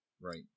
Right